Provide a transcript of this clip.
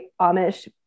Amish